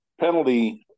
penalty